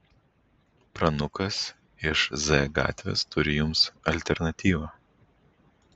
pranukas iš z gatvės turi jums alternatyvą